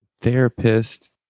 therapist